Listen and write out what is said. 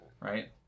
right